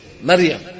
Maryam